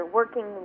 working